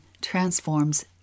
transforms